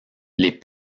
les